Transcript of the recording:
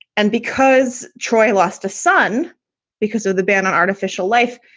and because troy lost a son because of the ban on artificial life.